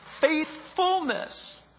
faithfulness